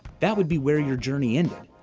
that would be where your journey ended.